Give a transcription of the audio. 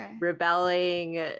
rebelling